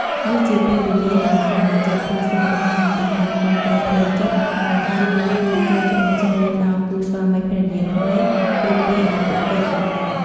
វាជាពេលវេលាដែលសមាជិកគ្រួសារបង្ហាញពីការគាំទ្រផ្លូវចិត្ត និងការត្រៀមខ្លួនជួយជ្រោមជ្រែងដល់គូស្វាមីភរិយាថ្មីគ្រប់ពេលដែលពួកគេត្រូវការ។